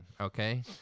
Okay